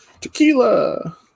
Tequila